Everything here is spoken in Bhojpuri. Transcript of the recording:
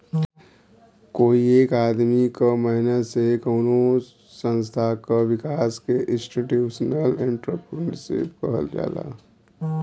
कोई एक आदमी क मेहनत से कउनो संस्था क विकास के इंस्टीटूशनल एंट्रेपर्नुरशिप कहल जाला